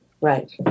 Right